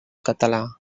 català